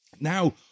Now